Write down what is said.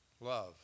Love